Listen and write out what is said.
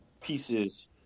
pieces